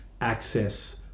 access